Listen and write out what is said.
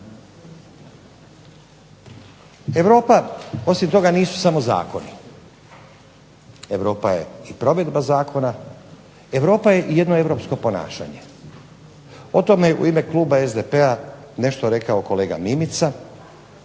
Europa osim toga nisu samo zakoni, Europa je i provedba zakona, Europa je i jedno europsko ponašanje. O tome u ime kluba SDP-a nešto je rekao kolega Mimica,